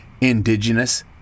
indigenous